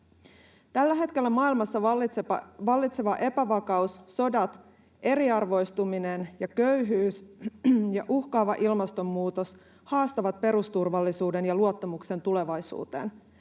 Tällä hetkellä maailmassa vallitseva epävakaus, sodat, eriarvoistuminen ja köyhyys ja uhkaava ilmastonmuutos haastavat perusturvallisuuden ja luottamuksen tulevaisuuteen.